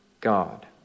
God